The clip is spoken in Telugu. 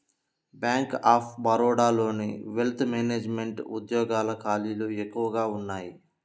బ్యేంక్ ఆఫ్ బరోడాలోని వెల్త్ మేనెజమెంట్ ఉద్యోగాల ఖాళీలు ఎక్కువగా ఉన్నయ్యి